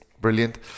brilliant